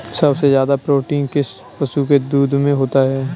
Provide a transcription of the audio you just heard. सबसे ज्यादा प्रोटीन किस पशु के दूध में होता है?